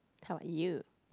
how about you